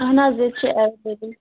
اَہَن حظ ییٚتہِ چھِ ایٚویلیبُل